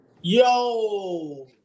Yo